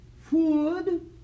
food